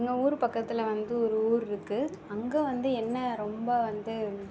எங்கள் ஊர் பக்கத்தில் வந்து ஒரு ஊரிருக்கு அங்கே வந்து என்ன ரொம்ப வந்து